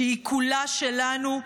שהיא כולה שלנו,